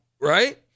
Right